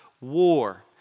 war